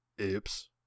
oops